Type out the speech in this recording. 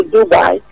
Dubai